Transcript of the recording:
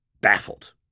baffled